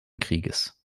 krieges